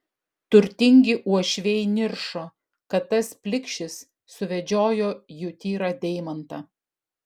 turtingi uošviai niršo kad tas plikšis suvedžiojo jų tyrą deimantą